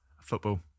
Football